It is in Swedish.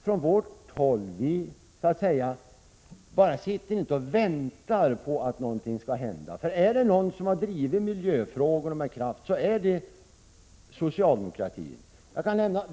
Från vårt håll sitter vi inte bara och väntar på att någonting skall hända. Är det någon som har drivit miljöfrågorna med kraft, så är det socialdemokratin.